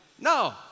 No